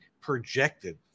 projected